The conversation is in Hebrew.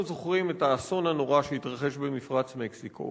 זוכרים את האסון הנורא שהתרחש במפרץ מקסיקו,